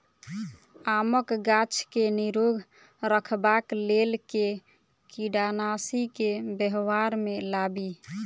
आमक गाछ केँ निरोग रखबाक लेल केँ कीड़ानासी केँ व्यवहार मे लाबी?